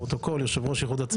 יו"ר איחוד הצלה.